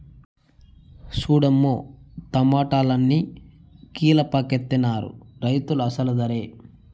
సూడమ్మో టమాటాలన్ని కీలపాకెత్తనారు రైతులు అసలు దరే